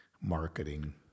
marketing